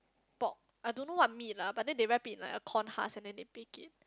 pork I don't know what meat lah but then they wrapped it in like a corn husk and then they baked it